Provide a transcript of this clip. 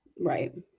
Right